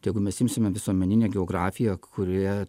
tai tegu mes imsime visuomeninę geografiją kurioje